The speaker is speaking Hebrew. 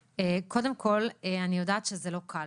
אני יודעת שזה לא קל